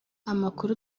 amakuru